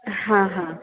हां हां